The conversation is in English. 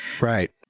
Right